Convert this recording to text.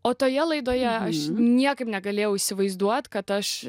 o toje laidoje aš niekaip negalėjau įsivaizduoti kad aš